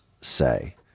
say